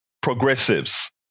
progressives